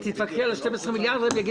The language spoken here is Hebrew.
האוצר אומר שהמדינה תפסיד 12 מיליארד שקל.